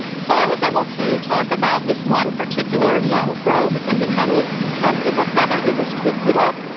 so i was able to talk about this one particular young crow because it had a little tuft of a feather that was twisted up,